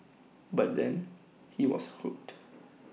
by then he was hooked